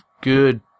good